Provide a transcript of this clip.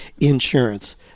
insurance